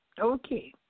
Okay